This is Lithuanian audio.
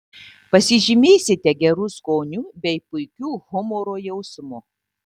pasižymėsite geru skoniu bei puikiu humoro jausmu